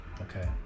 Okay